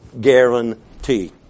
guarantee